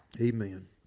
Amen